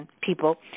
people